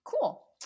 Cool